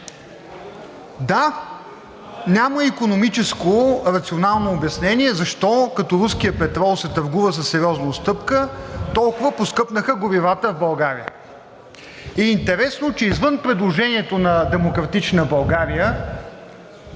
Да, няма икономическо рационално обяснение защо като руският петрол се търгува със сериозна отстъпка, толкова поскъпнаха горивата в България. Интересно е, че извън предложението на „Демократична България“